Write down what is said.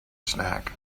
snack